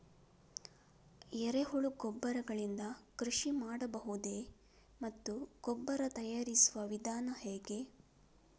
ಎರೆಹುಳು ಗೊಬ್ಬರ ಗಳಿಂದ ಕೃಷಿ ಮಾಡಬಹುದೇ ಮತ್ತು ಗೊಬ್ಬರ ತಯಾರಿಸುವ ವಿಧಾನ ಹೇಗೆ?